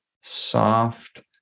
soft